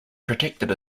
protected